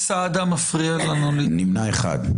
4 בעד, 8 נגד, נמנע אחד.